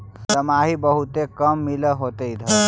दमाहि बहुते काम मिल होतो इधर?